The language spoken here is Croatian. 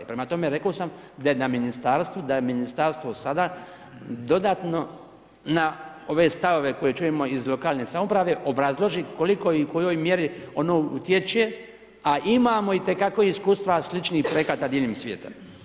Prema tome, rekao sam da je na ministarstvu, da je ministarstvo sada dodatno na ove stavove koje čujemo iz lokalne samouprave, obrazloži koliko i u kojoj mjeri ono utječe a imamo itekako iskustva sličnih projekata diljem svijeta.